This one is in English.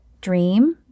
Dream